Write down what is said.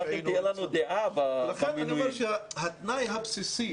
לכן אני אומר שהתנאי הבסיסי